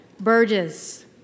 Burgess